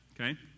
Okay